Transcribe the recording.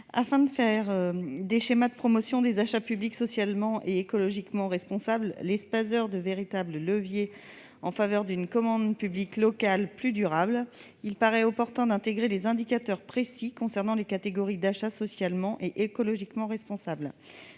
Afin de faire des schémas de promotion des achats publics socialement et écologiquement responsables, les Spaser, de véritables leviers en faveur d'une commande publique locale plus durable, il paraît opportun d'intégrer des indicateurs précis concernant les catégories d'achat socialement et écologiquement responsables.